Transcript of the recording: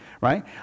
right